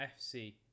FC